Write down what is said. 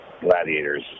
gladiators